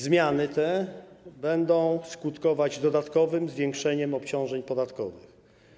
Zmiany te będą skutkować dodatkowym zwiększeniem obciążeń podatkowych.